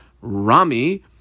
Rami